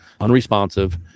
unresponsive